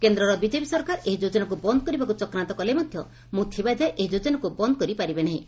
କେନ୍ଦର ବିଜେପି ସରକାର ଏହି ଯୋଜନାକୁ ବନ୍ଦ କରିବାକୁ ଚକ୍ରାନ୍ତ କଲେ ମଧ୍ଧ ମୁଁ ଥିବା ଯାଏ ଏହି ଯୋଜନାକୁ ବନ୍ଦ କରିପାରିବେ ନାହିଁ